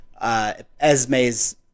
Esme's